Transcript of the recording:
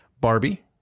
Barbie